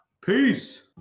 Peace